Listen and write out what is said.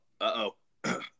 Uh-oh